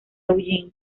eugene